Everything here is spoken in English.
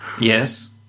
Yes